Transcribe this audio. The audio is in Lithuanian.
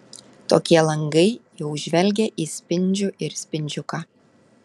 tokie langai jau žvelgia į spindžių ir spindžiuką